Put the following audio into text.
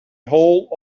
whole